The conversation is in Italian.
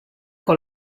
con